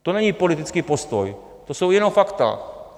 To není politický postoj, to jsou jenom fakta.